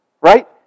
Right